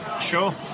Sure